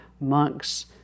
monks